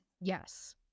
Yes